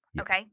okay